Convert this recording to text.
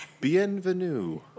Bienvenue